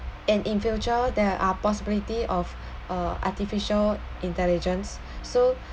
and in future there are possibility of uh artificial intelligence so